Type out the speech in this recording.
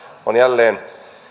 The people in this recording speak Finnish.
on jälleen